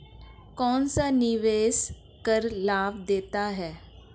कौनसा निवेश कर लाभ देता है?